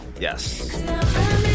Yes